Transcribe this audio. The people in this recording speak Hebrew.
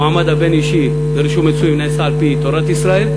המעמד הבין-אישי לרישום נישואים נעשה על-פי תורת ישראל.